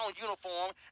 uniform